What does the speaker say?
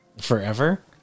Forever